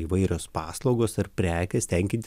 įvairios paslaugos ar prekės tenkinti